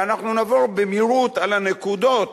ואנחנו נעבור במהירות על הנקודות,